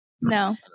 No